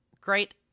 great